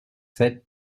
sept